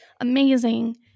amazing